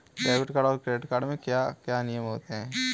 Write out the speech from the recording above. Debit card और credit card के क्या क्या नियम हैं?